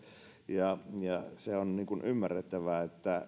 on ymmärrettävä